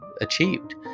achieved